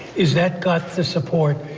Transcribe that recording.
is that got the support,